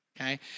okay